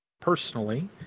personally